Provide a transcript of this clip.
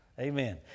Amen